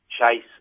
chase